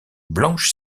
blanche